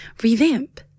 revamp